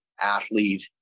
athlete